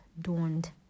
dawned